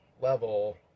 level